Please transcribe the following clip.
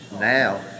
now